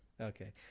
Okay